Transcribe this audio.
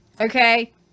Okay